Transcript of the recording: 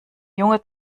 junge